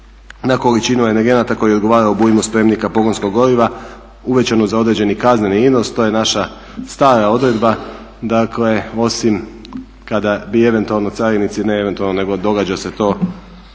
na količinu energenata koji odgovara obujmu spremnika pogonskog goriva uvećanu za određeni kazneni iznos, to je naša stara odredba. Dakle osim kada bi eventualno carinici, ne eventualno nego događa se to,